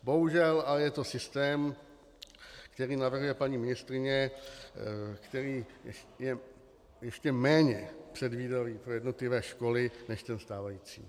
Bohužel ale je to systém, který navrhuje paní ministryně, který je ještě méně předvídavý pro jednotlivé školy než ten stávající.